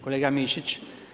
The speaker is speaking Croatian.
Kolega Mišić.